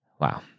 Wow